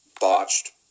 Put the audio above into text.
botched